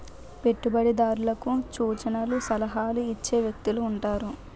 పెట్టుబడిదారులకు సూచనలు సలహాలు ఇచ్చే వ్యక్తులు ఉంటారు